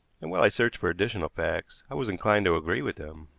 and, while i searched for additional facts, i was inclined to agree with them.